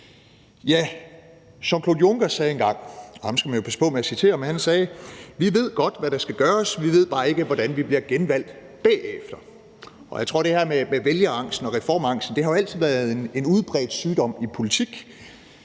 med at citere – sagde engang: Vi ved godt, hvad der skal gøres, vi ved bare ikke, hvordan vi bliver genvalgt bagefter. Og jeg tror, at det her med vælgerangsten og reformangsten altid har været en udbredt sygdom i politik,